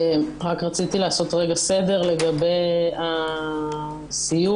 רק רציתי לעשות סדר לגבי הסיוע.